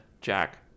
Jack